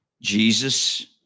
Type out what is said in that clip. Jesus